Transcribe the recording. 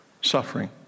Suffering